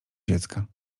dziecka